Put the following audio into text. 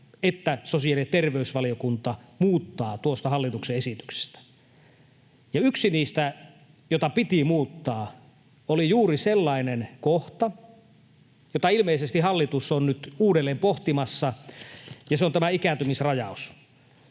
edetä — sosiaali- ja terveysvaliokuntaa muuttamaan tuosta hallituksen esityksestä. Yksi niistä, joita piti muuttaa, oli juuri sellainen kohta, jota ilmeisesti hallitus on nyt uudelleen pohtimassa, ja se on tämä ikääntymisrajaus.